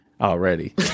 already